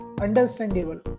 understandable